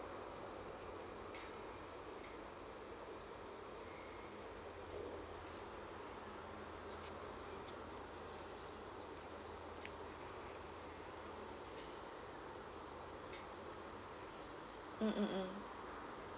mm